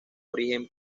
origen